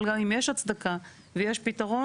אבל גם אם יש להם הצדקה ויש פתרון,